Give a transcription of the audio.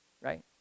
right